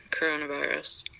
coronavirus